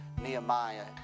Nehemiah